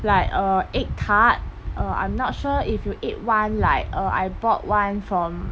like uh egg tart uh I'm not sure if you ate one like err I bought one from